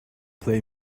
play